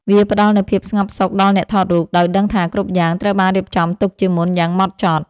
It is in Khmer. វាផ្ដល់នូវភាពស្ងប់សុខដល់អ្នកថតរូប ដោយដឹងថាគ្រប់យ៉ាងត្រូវបានរៀបចំទុកជាមុនយ៉ាងហ្មត់ចត់។